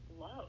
love